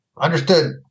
understood